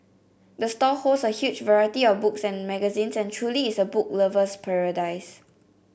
the store holds a huge variety of books and magazines and truly is a book lover's paradise